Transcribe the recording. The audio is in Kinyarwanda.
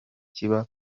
kiba